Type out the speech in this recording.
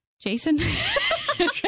Jason